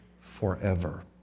forever